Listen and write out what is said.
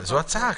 זו הצעה.